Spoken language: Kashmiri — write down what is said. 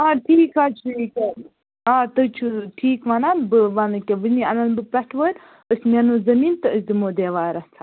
اَدٕ ٹھیٖک حظ چھُ یہِ کیاہ آ تُہۍ چھِو ٹھیٖک ونان بہٕ وَنہٕ یِکے وٕنی اَنن بہٕ پٹھوٲرۍ أسۍ مینو زمیٖن تہٕ أس دِمو دیٚوار اتھ